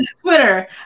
Twitter